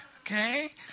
Okay